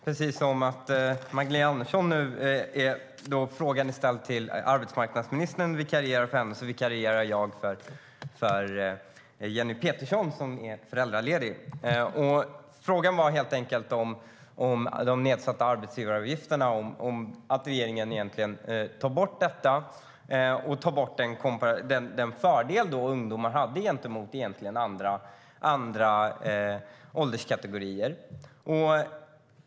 Precis som Magdalena Andersson vikarierar för arbetsmarknadsministern - frågan är ställd till henne - vikarierar jag för Jenny Petersson som är föräldraledig.Frågan gällde helt enkelt att regeringen ska ta bort de nedsatta arbetsgivaravgifterna och den fördel ungdomar hade gentemot andra ålderskategorier.